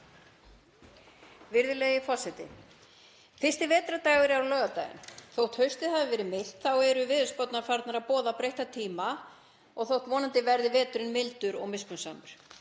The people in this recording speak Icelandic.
Virðulegi forseti. Fyrsti vetrardagur er á laugardaginn. Þótt haustið hafi verið milt eru veðurspárnar farnar að boða breytta tíma, þótt vonandi verði veturinn mildur og miskunnsamur.